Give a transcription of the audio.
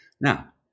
Now